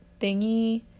thingy